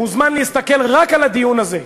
מוזמן להסתכל רק על הדיון הזה,